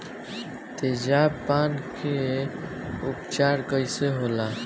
तेजाब पान के उपचार कईसे होला?